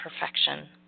perfection